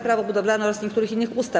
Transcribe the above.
Prawo budowlane oraz niektórych innych ustaw.